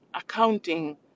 accounting